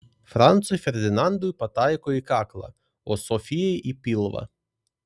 francui ferdinandui pataiko į kaklą o sofijai į pilvą